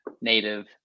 native